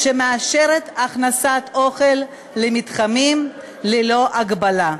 ומאשרת הכנסת אוכל למתחמים ללא הגבלה.